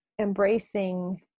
embracing